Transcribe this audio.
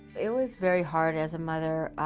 it was very hard as a mother,